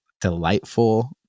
delightful